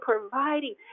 providing